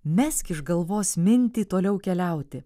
mesk iš galvos mintį toliau keliauti